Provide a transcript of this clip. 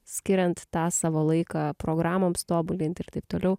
skiriant tą savo laiką programoms tobulinti ir taip toliau